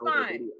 fine